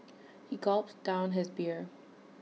he gulped down his beer